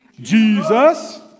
Jesus